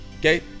okay